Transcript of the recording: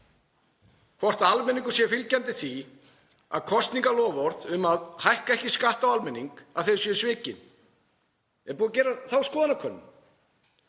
hvort almenningur sé fylgjandi því að kosningaloforð um að hækka ekki skatta á hann séu svikin? Er búið að gera þá skoðanakönnun?